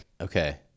okay